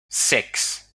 six